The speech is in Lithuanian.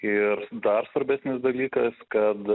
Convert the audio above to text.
ir dar svarbesnis dalykas kad